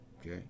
Okay